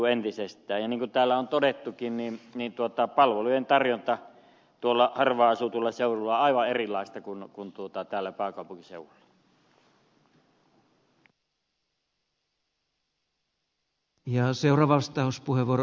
niin kuin täällä on todettukin niin palvelujen tarjonta tuolla harvaanasutuilla seuduilla on aivan erilaista kuin täällä pääkaupunkiseudulla